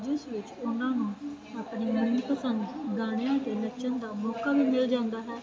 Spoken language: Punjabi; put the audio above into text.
ਜਿਸ ਵਿੱਚ ਉਹਨਾਂ ਨੂੰ ਆਪਣੇ ਮਨ ਨੂੰ ਪਸੰਦ ਗਾਣਿਆਂ ਦੇ ਨੱਚਣ ਦਾ ਮੌਕਾ ਵੀ ਮਿਲ ਜਾਂਦਾ ਹੈ ਤੇ ਉਹਨਾਂ ਦੀ